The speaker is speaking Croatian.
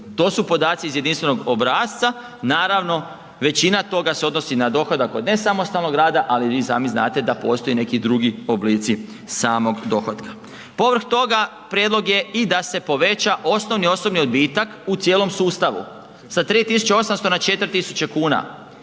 to su podaci iz jedinstvenog obrasca, naravno većina toga se odnosi na dohodak od nesamostalnog rada ali vi sami znate da postoji neki drugi oblici samog dohotka. Povrh toga, prijedlog je i da se poveća osnovni osobni odbitak u cijelom sustavu, sa 3800 na 4000 kuna.